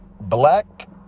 black